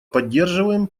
поддерживаем